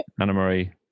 anna-marie